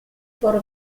por